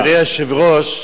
אדוני היושב-ראש,